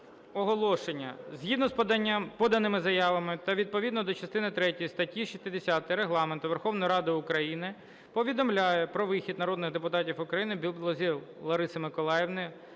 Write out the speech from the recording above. оголошення. Згідно з поданими заявами та відповідно до частини третьої статті 60 Регламенту Верховної Ради України повідомляю про вихід народних депутатів України Білозір Лариси Миколаївни,